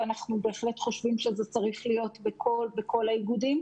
ואנחנו בהחלט חושבים שזה צריך להיות בכל האיגודים.